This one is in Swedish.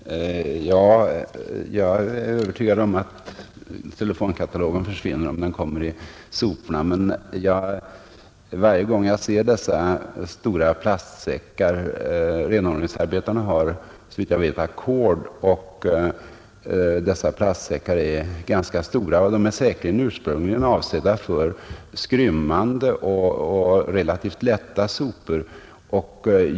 Herr talman! Jag är övertygad om att telefonkatalogen försvinner, om den hamnar bland soporna. Men det bjuder mig emot att lägga telefonkataloger och tidningsbuntar i renhållningsarbetarnas redan förut tunga säckar, Såvitt jag vet arbetar de på ackord och använder ganska stora plastsäckar, som säkerligen från början var avsedda för skrymmande och relativt lätta sopor.